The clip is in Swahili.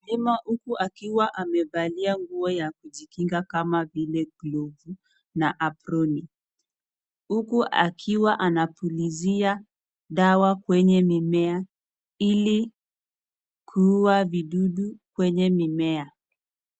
Mkulima huku akiwa amevalia nguo ya kujikinga kama Ile buluu na afroni huku akiwa anapulizia sawa kwenye mmea ili kuja vidudu kwenye mmea.